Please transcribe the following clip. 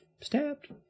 Stabbed